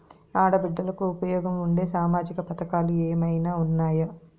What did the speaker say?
ఆడ బిడ్డలకు ఉపయోగం ఉండే సామాజిక పథకాలు ఏమైనా ఉన్నాయా?